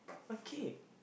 okay